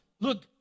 look